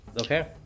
Okay